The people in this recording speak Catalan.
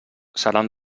seran